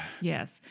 Yes